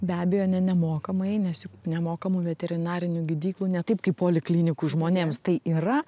be abejo ne nemokamai nes juk nemokamų veterinarinių gydyklų ne taip kaip poliklinikų žmonėms tai yra